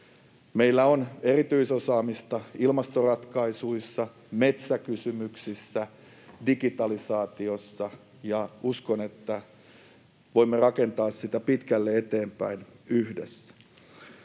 Meillä on erityisosaamista ilmastoratkaisuissa, metsäkysymyksissä, digitalisaatiossa, ja uskon, että voimme rakentaa sitä pitkälle eteenpäin yhdessä.